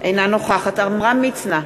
אינה נוכחת עמרם מצנע,